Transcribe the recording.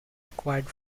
required